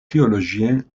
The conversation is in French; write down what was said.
théologiens